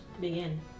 begin